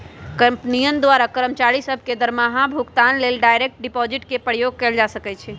कंपनियों द्वारा कर्मचारि सभ के दरमाहा भुगतान लेल डायरेक्ट डिपाजिट के प्रयोग कएल जा सकै छै